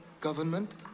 government